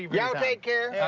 y'all take care.